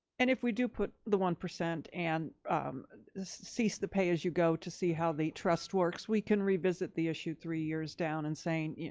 and if we do put the one percent and cease the pay-as-you-go to see how the trust works, we can revisit the issue three years down and saying, yeah